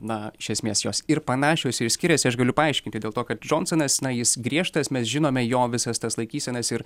na iš esmės jos ir panašios ir skiriasi aš galiu paaiškinti dėl to kad džonsonas na jis griežtas mes žinome jo visas tas laikysenas ir